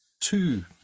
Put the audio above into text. two